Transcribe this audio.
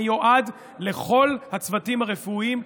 מיועד לכל הצוותים הרפואיים,